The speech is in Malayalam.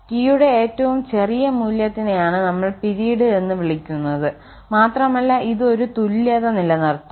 t യുടെ ഏറ്റവും ചെറിയ മൂല്യത്തിനെയാണ് നമ്മൾ പിരീഡ് എന്ന് വിളിക്കുന്നത് മാത്രമല്ല ഇത് ഒരു തുല്യത നിലനിർത്തും